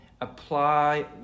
apply